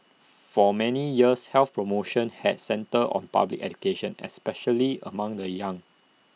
for many years health promotion had centred on public education especially among the young